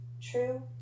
true